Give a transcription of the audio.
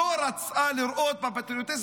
היא לא רצתה לראות אותי בפטריוטיזם